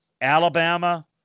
Alabama